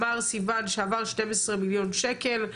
אמר סיון שעברו 12 מיליון שקל,